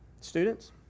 Students